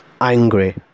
angry